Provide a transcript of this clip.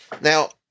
now